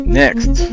next